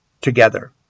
together